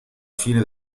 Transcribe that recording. fine